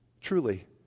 truly